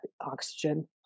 oxygen